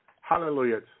Hallelujah